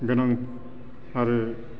गोनां आरो